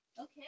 Okay